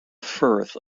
firth